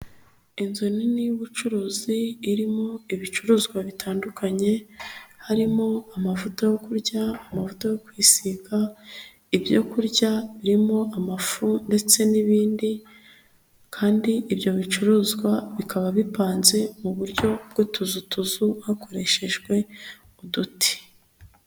inzu niini y'ubucuruzi irimo ibicuruzwa bitandukanye harimo amavuta yo kurya, amavuta kwisiga, ibyo kurya birimo amafu ndetse n'ibindi kandi ibyo bicuruzwa bikaba bipanze mu buryo bw'utuzu tuzu hakoreshejwe uduti.